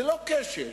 זה לא כשל שוק.